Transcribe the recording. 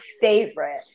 favorite